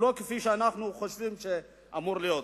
ולא כפי שאנחנו חושבים שאמור להיות.